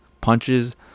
punches